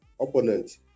opponent